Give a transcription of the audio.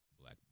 Black